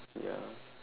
ya